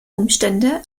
umstände